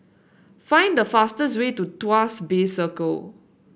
find the fastest way to Tuas Bay Circle